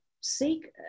seek